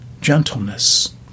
Gentleness